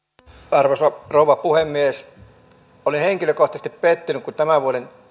arvoisa rouva puhemies olin henkilökohtaisesti pettynyt kun tämän vuoden